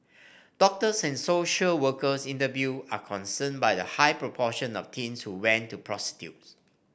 doctors and social workers interviewed are concerned by the high proportion of teens who went to prostitutes